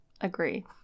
agree